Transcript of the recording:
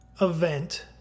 event